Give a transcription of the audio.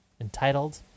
entitled